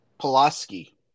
Pulaski